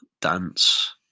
dance